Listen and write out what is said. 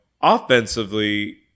offensively